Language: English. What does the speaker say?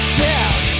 death